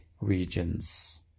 regions